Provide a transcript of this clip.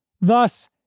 Thus